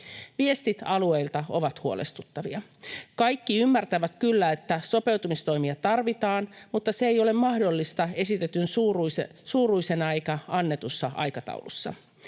Viestit alueilta ovat huolestuttavia. Kaikki ymmärtävät kyllä, että sopeutumistoimia tarvitaan, mutta se ei ole mahdollista esitetyn suuruisena eikä annetussa aikataulussa.